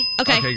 Okay